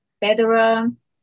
bedrooms